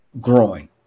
growing